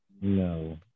No